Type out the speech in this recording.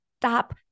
stop